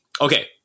Okay